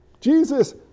Jesus